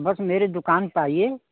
बस मेरी दुकान पर आइए